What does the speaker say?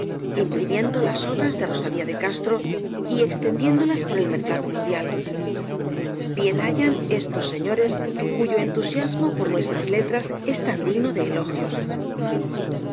imprimiendo las obras de rosalía de castro y extendiéndolas por el mercado mundial bien hayan estos señores cuyo entusiasmo por nuestras letras es tan digno de elogios